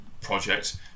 project